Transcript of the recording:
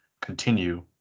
continue